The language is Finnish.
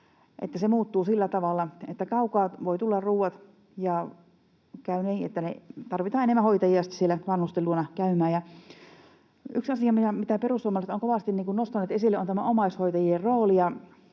se muuttuu sillä tavalla, että ruoat voivat tulla kaukaa ja käy niin, että tarvitaan enemmän hoitajia sitten siellä vanhusten luona käymään. Yksi asia, mitä perussuomalaiset ovat kovasti nostaneet esille, on tämä omaishoitajien rooli.